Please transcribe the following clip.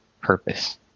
purpose